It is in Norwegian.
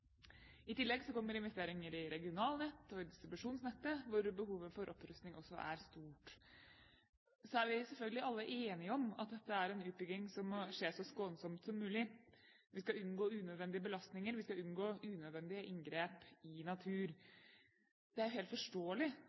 I tillegg kommer investeringer i regionalnett og i distribusjonsnettet, hvor behovet for opprustning også er stort. Så er vi selvfølgelig alle enige om at dette er en utbygging som må skje så skånsomt som mulig. Vi skal unngå unødvendige belastninger, og vi skal unngå unødvendige inngrep i natur. Det er jo helt forståelig